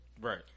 Right